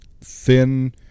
thin